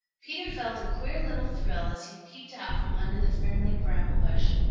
peter felt a queer little thrill as he peeped out from under the friendly bramble-bush.